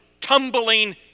tumbling